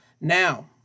Now